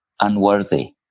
unworthy